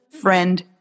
friend